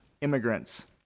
immigrants